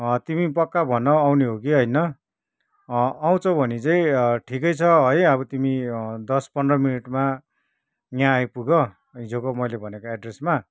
तिमी पक्का भन आउने हो की होइन आउँछौ भने चाहिँ ठिकै छ है अब तिमी दस पन्ध्र मिनटमा यहाँ आइपुग हिजोको मैले भनेको एड्रेसमा